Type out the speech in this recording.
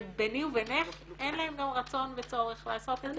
וביני ובינך, אין להם גם רצון וצורך לעשות את זה